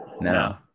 No